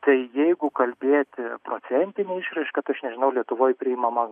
tai jeigu kalbėti procentine išraiška tai aš nežinau lietuvoj priimama